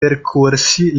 percorsi